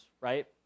right